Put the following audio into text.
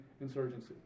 insurgency